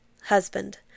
Husband